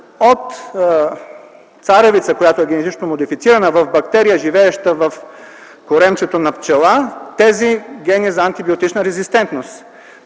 от царевица, която е генетично модифицирана, в бактерия, живееща в коремчето на пчела, тези гени за антибиотична резистентност.